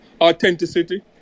authenticity